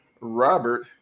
Robert